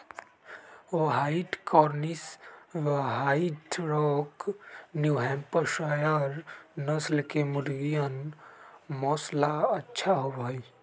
white Cornish, white rock, New Hampshire नस्ल के मुर्गियन माँस ला अच्छा होबा हई